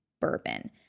bourbon